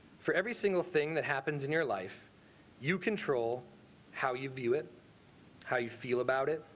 for every single thing that happens in your life you control how you view it how you feel about it.